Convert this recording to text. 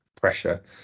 pressure